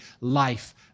life